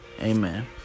Amen